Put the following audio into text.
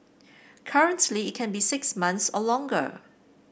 currently it can be six months or longer